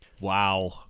Wow